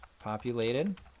populated